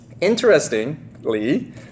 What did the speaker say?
Interestingly